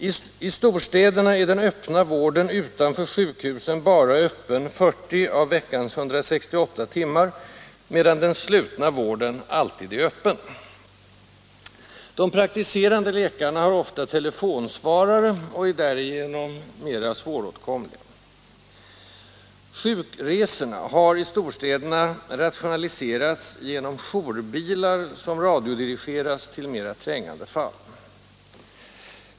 I storstäderna är den öppna vården utanför sjukhusen öppen bara 40 av veckans 168 timmar, medan den slutna vården alltid är öppen. De praktiserande läkarna har ofta telefonsvarare och är därigenom mera svåråtkomliga. Sjukresorna har i storstäderna rationaliserats genom jourbilar, som radiodirigeras till mera trängande fall.